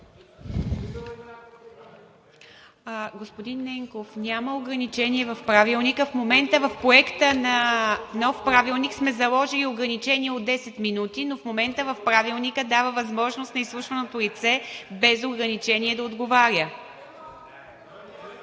Господин Ненков, няма ограничение в Правилника. В момента в Проекта на нов правилник сме заложили ограничение от 10 минути, но в момента Правилникът дава възможност на изслушваното лице да отговаря